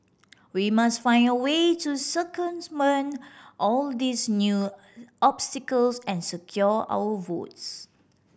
we must find a way to all these new obstacles and secure our votes